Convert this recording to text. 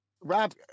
Rob